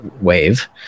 wave